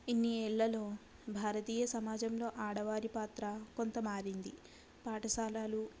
ఇన్ని యేళ్ళలో భారతీయ సమాజంలో ఆడవారి పాత్ర కొంత మారింది పాఠశాలలు కాలేజీలు